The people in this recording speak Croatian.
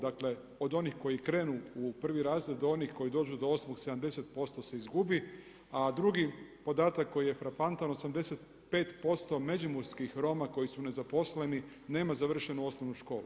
Dakle, od onih koji krenu u 1 razred, do onih koji dođu do 8, 70% se izgubi, a drugi podatak koji je frapantan, 85% Međimurskih Roma, koji su nezaposleni, nema završenu osnovnu školu.